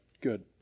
good